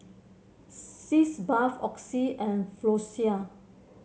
Sitz Bath Oxy and Floxia